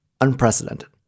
unprecedented